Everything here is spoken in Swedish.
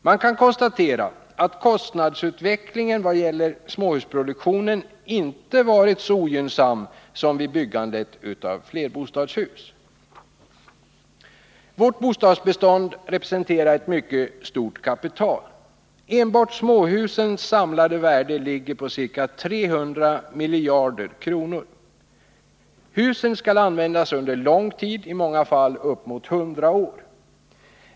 Man kan konstatera att kostnadsutvecklingen vid småhusproduktion inte varit så ogynnsam som vid byggande av flerbostadshus. Vårt bostadsbestånd representerar ett mycket stort kapital. Enbart småhusens samlade värde ligger på ca 300 miljarder kronor. Husen skall användas under lång tid, i många fall uppemot hundra år.